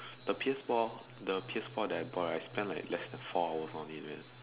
the P_S-four the P_S-four that I bought right spend like less than four hours on it man